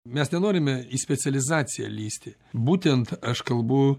mes nenorime į specializaciją lįsti būtent aš kalbu